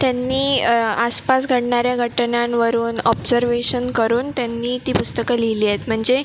त्यांनी आसपास घडणाऱ्या घटनांवरून ऑब्जर्वेशन करून त्यांनी ती पुस्तकं लिहिली आहेत म्हणजे